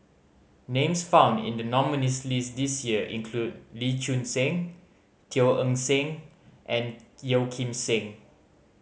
names found in the nominees' list this year include Lee Choon Seng Teo Eng Seng and Yeo Kim Seng